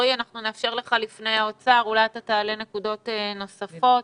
אולי הוא יעלה נקודות נוספות.